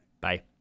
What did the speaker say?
Bye